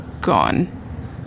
gone